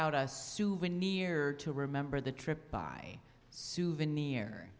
out a souvenir to remember the trip by souvenir